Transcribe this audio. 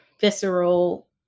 visceral